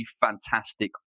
fantastic